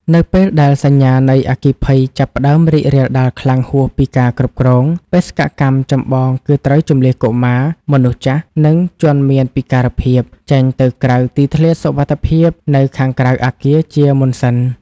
នៅពេលដែលសញ្ញានៃអគ្គីភ័យចាប់ផ្ដើមរីករាលដាលខ្លាំងហួសពីការគ្រប់គ្រង បេសកកម្មចម្បងគឺត្រូវជម្លៀសកុមារ មនុស្សចាស់ និងជនមានពិការភាព ចេញទៅកាន់ទីធ្លាសុវត្ថិភាពនៅខាងក្រៅអគារជាមុនសិន។